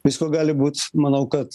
visko gali būt manau kad